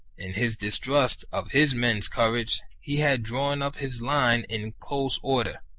in his dis trust of his men's courage he had drawn up his line in close order,